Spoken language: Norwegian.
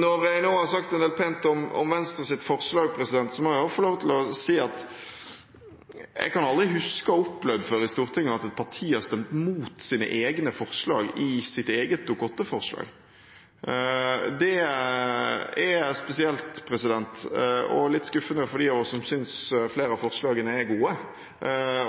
Når jeg nå har sagt en del pent om Venstres forslag, må jeg også få lov til å si at jeg kan aldri huske å ha opplevd før i Stortinget at et parti har stemt imot sine egne forslag i sitt eget Dokument 8-forslag. Det er spesielt og litt skuffende for dem av oss som synes flere av forslagene er gode,